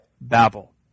Babel